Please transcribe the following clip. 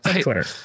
twitter